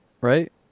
right